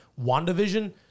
wandavision